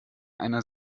einer